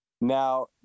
Now